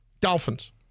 Dolphins